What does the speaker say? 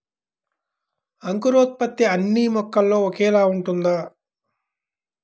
అంకురోత్పత్తి అన్నీ మొక్కలో ఒకేలా ఉంటుందా?